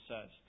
says